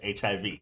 HIV